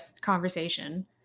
conversation